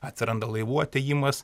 atsiranda laivų atėjimas